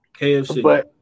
KFC